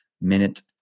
Minute